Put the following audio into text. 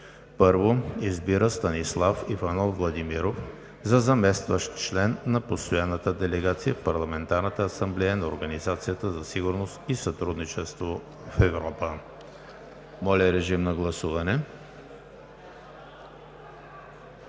1. Избира Станислав Иванов Владимиров за заместващ член на постоянната делегация в Парламентарната асамблея на Организацията за сигурност и сътрудничество в Европа.“ Моля, режим на гласуване.